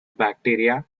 bacteria